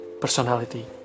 personality